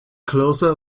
closer